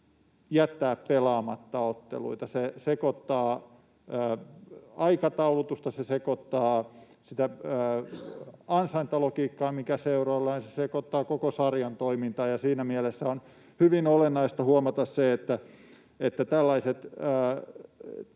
jättää pelaamatta otteluita. Se sekoittaa aikataulutusta, se sekoittaa sitä ansaintalogiikkaa, mikä seuroilla on, ja se sekoittaa koko sarjan toimintaa. Siinä mielessä on hyvin olennaista huomata se, että tällainen